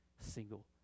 single